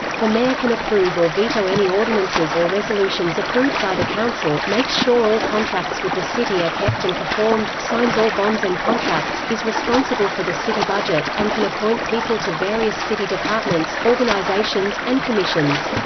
the mayor can approve or veto any ordinances or resolutions approved by the council, makes sure all contracts with the city are kept and performed, signs all bonds and contracts, is responsible for the city budget, and can appoint people to various city departments, organizations, and commissions.